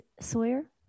Sawyer